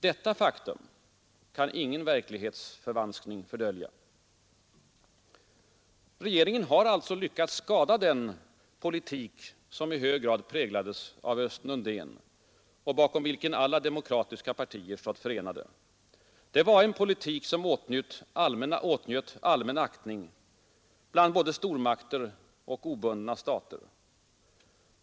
Detta faktum kan ingen verklighetsförvanskning fördölja. Regeringen har alltså lyckats skada den politik som i hög grad Nr 48 präglades av Östen Undén och bakom vilken alla demokratiska partier Onsdagen den stått förenade. Det var en politik som åtnjöt allmän aktning bland både 21 mars 1973 stormakter och obundna stater.